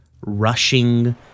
rushing